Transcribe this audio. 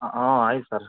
ಹಾಂ ಆಯ್ತು ಸರ್